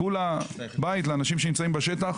כולה בית לאנשים שנמצאים בשטח.